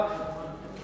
חוק אזור התעשייה קיסריה (שיפוט וניהול),